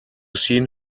seen